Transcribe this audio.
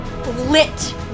Lit